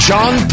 John